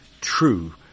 true